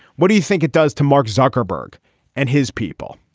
what do you think it does to mark zuckerberg and his people.